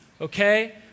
okay